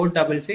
0001879890